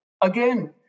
again